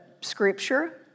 scripture